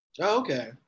Okay